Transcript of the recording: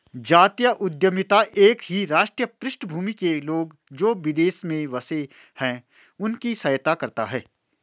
जातीय उद्यमिता एक ही राष्ट्रीय पृष्ठभूमि के लोग, जो विदेश में बसे हैं उनकी सहायता करता है